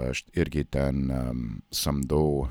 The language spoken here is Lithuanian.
aš irgi ten samdau